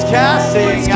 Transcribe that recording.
casting